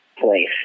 place